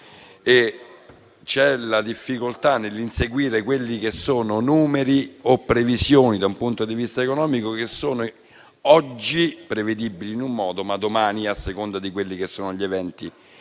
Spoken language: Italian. e c'è una difficoltà nell'inseguire numeri o previsioni, da un punto di vista economico, che sono oggi prevedibili in un modo ma che domani, a seconda di quelli che saranno gli eventi